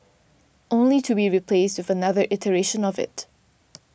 only to be replaced with another iteration of it